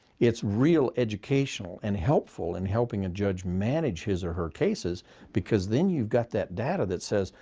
it's real educational and helpful in helping a judge manage his or her cases because then you've got that data that says,